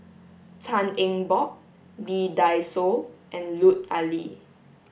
Tan Eng Bock Lee Dai Soh and Lut Ali